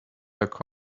another